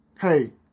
Hey